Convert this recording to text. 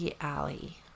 Alley